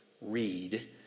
read